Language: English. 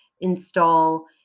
install